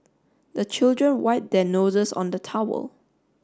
the children wipe their noses on the towel